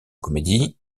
comédie